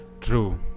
True